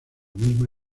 misma